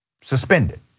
suspended